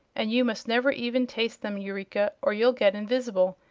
and you must never even taste them, eureka, or you'll get invis'ble,